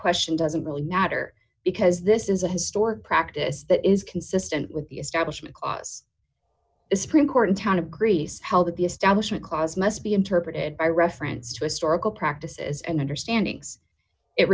question doesn't really matter because this is a historic practice that is consistent with the establishment clause the supreme court in town of greece held that the establishment clause must be interpreted by reference to historical practices and understandings it